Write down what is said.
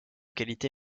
qualité